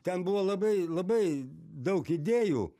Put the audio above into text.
ten buvo labai labai daug idėjų